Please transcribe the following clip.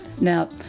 Now